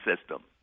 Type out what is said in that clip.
system